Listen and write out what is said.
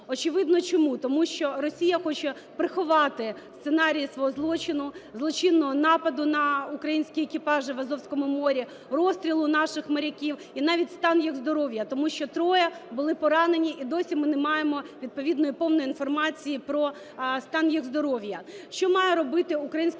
Очевидно, чому: тому що Росія хоче приховати сценарій свого злочину, злочинного нападу на українські екіпажі в Азовському морі, розстрілу наших моряків і навіть стан їх здоров'я, тому що троє були поранені, і досі ми не маємо відповідної повної інформації про стан їх здоров'я.